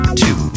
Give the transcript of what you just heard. two